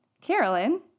Carolyn